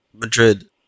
Madrid